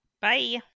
Bye